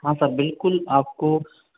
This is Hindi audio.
हाँ सर बिल्कुल आपको